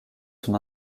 son